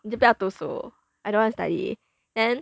你就不要读书 I don't wanna study then